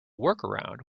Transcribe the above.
workaround